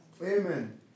Amen